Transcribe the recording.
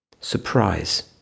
Surprise